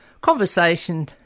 conversation